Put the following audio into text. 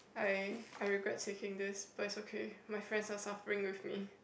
I I regret taking this but it's okay my friends are suffering with me